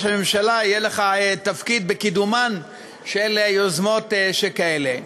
הממשלה יהיה לך תפקיד בקידומן של יוזמות כאלה.